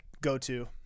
go-to